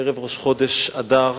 ערב ראש חודש אדר,